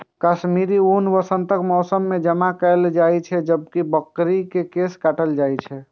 कश्मीरी ऊन वसंतक मौसम मे जमा कैल जाइ छै, जब बकरी के केश काटल जाइ छै